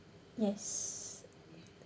yes